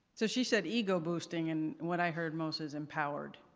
so she said, ego boasting and what i heard most is empowered.